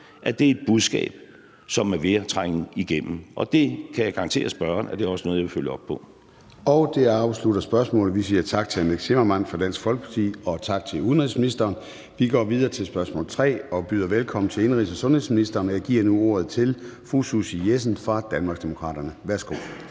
at det er et budskab, som er ved at trænge igennem, og det kan jeg garantere spørgeren også er noget, jeg vil følge op på. Kl. 13:13 Formanden (Søren Gade): Det afslutter spørgsmålet. Vi siger tak til hr. Nick Zimmermann fra Dansk Folkeparti og tak til udenrigsministeren. Vi går videre til spørgsmål nr. 3 og byder velkommen til indenrigs- og sundhedsministeren. Jeg giver nu ordet til fru Susie Jessen fra Danmarksdemokraterne. Kl.